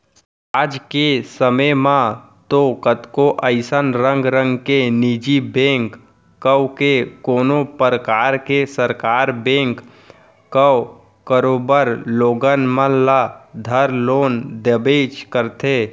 आज के समे म तो कतको अइसन रंग रंग के निजी बेंक कव के कोनों परकार के सरकार बेंक कव करोबर लोगन मन ल धर लोन देबेच करथे